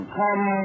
come